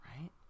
Right